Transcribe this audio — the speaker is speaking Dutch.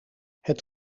het